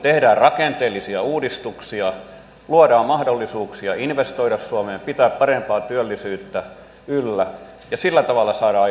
tehdään rakenteellisia uudistuksia luodaan mahdollisuuksia investoida suomeen pitää parempaa työllisyyttä yllä ja sillä tavalla saadaan aikaan talouskasvua